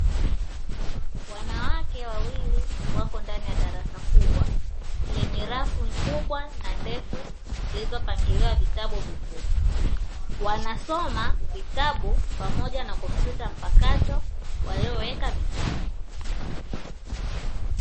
Wanawake wawili wako ndani ya darasa kubwa lenye rafuli kubwa na ndefu zilizopangiliwa vitabu vizuri, wanasoma vitabu pamoja na kompyuta mpakato waliyoweka mezani.